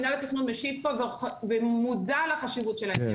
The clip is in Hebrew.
מינהל התכנון פה משיב פה ומודע לחשיבות של עניין.